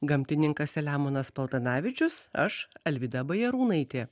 gamtininkas selemonas paltanavičius aš alvyda bajarūnaitė